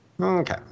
Okay